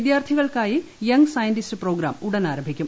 വിദ്യാർത്ഥികൾക്കായി young scientist programme ഉടൻ ആരംഭിക്കും